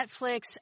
Netflix